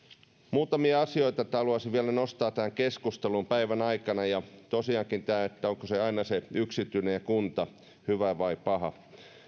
muutamia asioita haluaisin vielä nostaa tähän keskusteluun päivän aikana tosiaankin tämä että onko se aina se yksityinen ja kunta hyvä vai paha